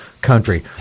country